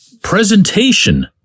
presentation